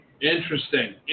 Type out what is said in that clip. Interesting